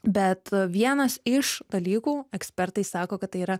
bet vienas iš dalykų ekspertai sako kad tai yra